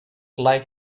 like